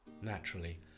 Naturally